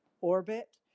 orbit